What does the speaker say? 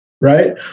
Right